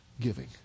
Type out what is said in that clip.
giving